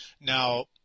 Now